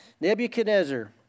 Nebuchadnezzar